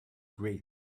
great